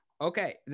Okay